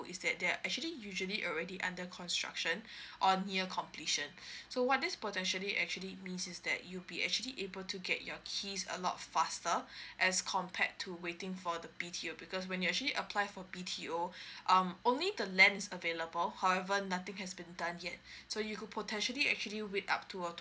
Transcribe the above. is that there're actually usually already under construction or near completion so what this potentially actually means is that you'll be actually able to get your keys a lot faster as compared to waiting for the B_T_O because when you actually apply for B_T_O um only the land is available however nothing has been done yet so you could potentially actually wait up to uh